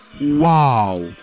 Wow